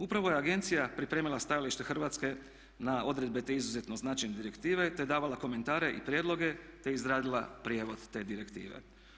Upravo je agencija pripremila stajalište Hrvatske na odredbe te izuzetno značajne direktive te davala komentare i prijedloge te izradila prijevod te direktive.